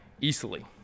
easily